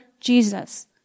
Jesus